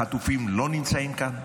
החטופים לא נמצאים כאן,